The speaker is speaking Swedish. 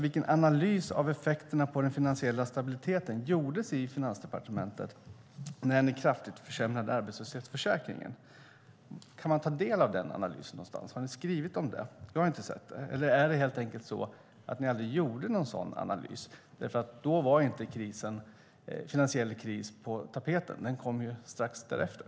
Vilken analys av effekterna på den finansiella stabiliteten gjordes i Finansdepartementet när ni kraftigt försämrade arbetslöshetsförsäkringen? Kan man ta del av den analysen någonstans? Har ni skrivit om den? Jag har inte sett den. Eller har ni inte gjort en analys därför att en finansiell kris inte var på tapeten? Den kom ju strax därefter.